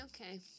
okay